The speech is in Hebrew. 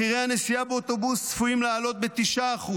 מחירי הנסיעה באוטובוס צפויים לעלות ב-9%,